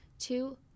Two